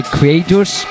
Creators